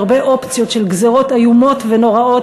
הרבה אופציות של גזירות איומות ונוראות